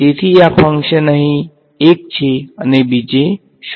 તેથી આ ફંકશન અહીં 1 છે અને બીજે 0 છે